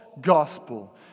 gospel